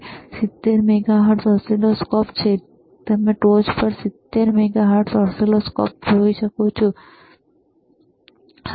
આ 70 megahertz oscilloscope છે તમે ટોચ પર 70 મેગાહર્ટ્ઝ જોઈ શકો છો બરાબર